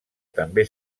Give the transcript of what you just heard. també